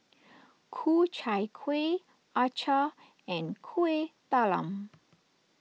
Ku Chai Kueh Acar and Kuih Talam